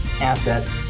asset